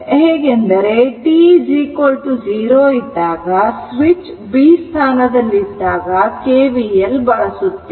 ಹೇಗೆಂದರೆ t 0 ಇದ್ದಾಗ switch B ಸ್ಥಾನದಲ್ಲಿದ್ದಾಗ KVL ಬಳಸುತ್ತೇವೆ